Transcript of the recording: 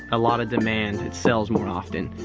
a lot of demand, it sells more often.